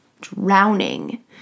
drowning